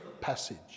passage